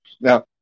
Now